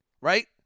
Right